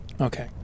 Okay